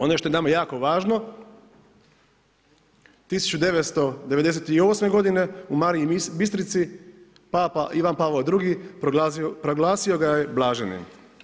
Ono što je nama jako važno 1998. godine u Mariji Bistrici papa Ivan Pavao II proglasio ga je blaženim.